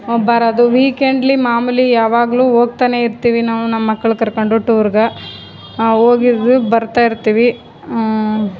ಬರೋದು ವೀಕೆಂಡಲ್ಲಿ ಮಾಮೂಲಿ ಯಾವಾಗಲೂ ಹೋಗ್ತನೇ ಇರ್ತೀವಿ ನಾವು ನಮ್ಮ ಮಕ್ಳು ಕರ್ಕೊಂಡು ಟೂರಿಗೆ ಹೋಗಿದ್ರು ಬರ್ತಾ ಇರ್ತೀವಿ